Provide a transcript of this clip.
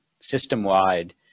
system-wide